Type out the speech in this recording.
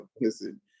listen